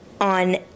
on